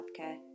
Healthcare